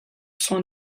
soin